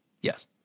Yes